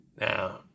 Now